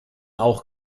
auch